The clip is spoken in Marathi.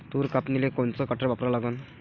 तूर कापनीले कोनचं कटर वापरा लागन?